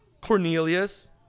Cornelius